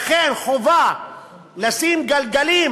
לכן, חובה לשים גלגלים